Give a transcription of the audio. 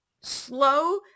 slow